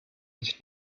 his